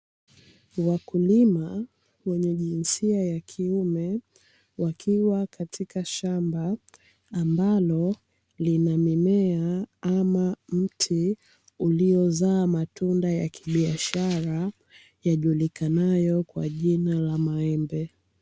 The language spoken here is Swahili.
Wakulima wenye jinsia ya kiume wakiwa katika shamba ambalo lina mimea ama mti uliozaa matunda ya kibiashara, yajulikanayo kwa jina la maembe.